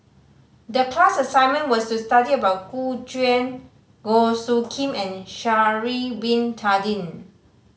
the class assignment was to study about Gu Juan Goh Soo Khim and Sha'ari Bin Tadin